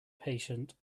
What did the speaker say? patient